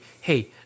hey